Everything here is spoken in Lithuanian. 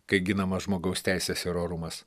kai ginamas žmogaus teisės ir orumas